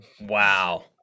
Wow